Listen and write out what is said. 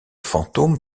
fantôme